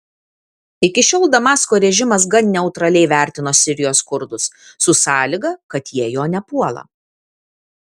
iki šiol damasko režimas gan neutraliai vertino sirijos kurdus su sąlyga kad jie jo nepuola